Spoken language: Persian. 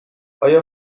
آیا